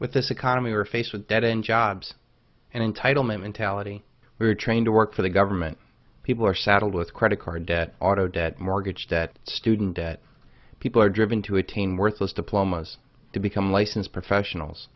with this economy we're faced with a dead end jobs and entitlement mentality we are trained to work for the government people are saddled with credit card debt auto debt mortgage debt student debt people are driven to attain worthless diplomas to become licensed professionals